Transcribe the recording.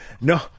No